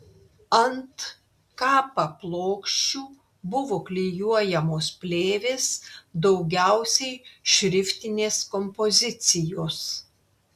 ant kapa plokščių buvo klijuojamos plėvės daugiausiai šriftinės kompozicijos